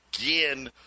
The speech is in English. again